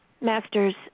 masters